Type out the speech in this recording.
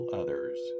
others